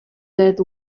that